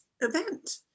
event